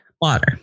water